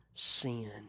sin